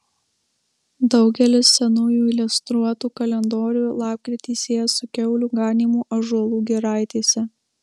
daugelis senųjų iliustruotų kalendorių lapkritį sieja su kiaulių ganymu ąžuolų giraitėse